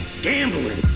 Gambling